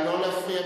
נתקבלה.